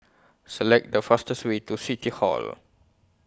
Select The fastest Way to City Hall